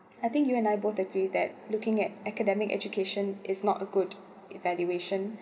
I think you and I both agree that looking at academic education is not a good evaluation